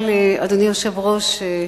אבל, אדוני היושב-ראש,